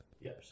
Yes